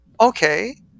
okay